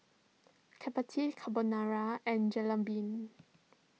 Chapati Carbonara and Jalebi